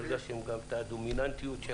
הרגשתם גם את הדומיננטיות.